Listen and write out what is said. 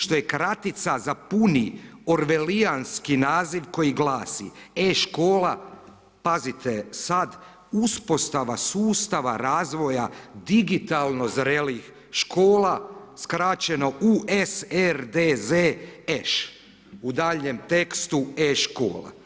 Što je kratica za puni orlevijanski naziv koji glasi e škola, pazite sada, uspostava sustava razvoja digitalno zrelih škola, skraćeno u SRDZŠ u daljnjem tekstu e škola.